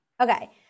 Okay